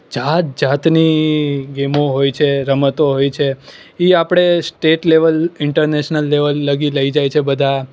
જાતજાતની ગેમો હોય છે રમતો હોય છે ઇ આપણે સ્ટેટ લેવલ ઇન્ટરનેશનલ લેવલ લગી લઈ જાય છે બધા